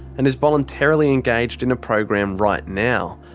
and is voluntarily engaged in a program right now.